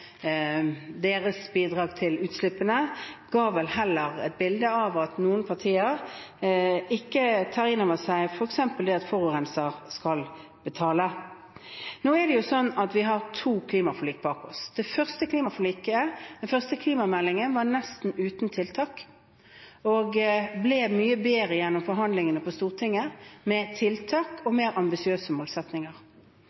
deres bidrag til utslippene ga vel heller et bilde av at noen partier ikke tar inn over seg f.eks. det at forurenser skal betale. Nå er det sånn at vi har to klimaforlik bak oss. Det første klimaforliket og den første klimameldingen var nesten uten tiltak og ble mye bedre gjennom forhandlingene på Stortinget, med tiltak og mer ambisiøse målsettinger.